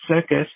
circus